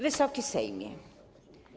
Wysoki Sejmie!